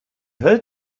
heard